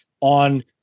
on